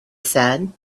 said